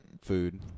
food